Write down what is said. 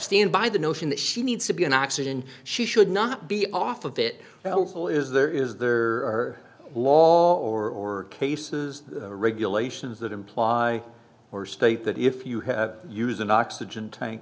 stand by the notion that she needs to be on oxygen she should not be off of it all is there is there are laws or cases regulations that imply or state that if you have use an oxygen tank